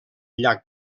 llac